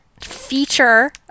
feature